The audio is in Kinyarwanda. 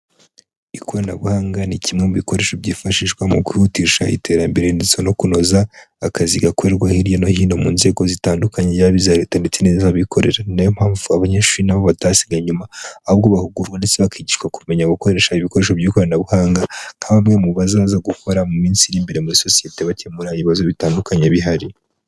Ikoranabuhanga ni kimwe mu bikoresho byifashishwa mu kwihutisha iterambere ndetse no kunoza akazi gakorerwa hirya no hino mu nzego zitandukanye yaba iza Leta ndetse n'iz'abikorera. Ni na yo mpamvu abantu benshi na bo batasigaye inyuma ahubwo bahugurwa ndetse bakigishwa kumenya gukoresha ibikoresho by'ikoranabuhanga nka bamwe mu bazaza gukora mu minsi iri imbere muri sosiyete bakemura ibibazo bitandukanye bihari.